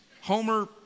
Homer